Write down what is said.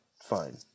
fine